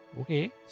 Okay